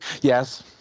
Yes